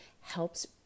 helps